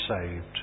saved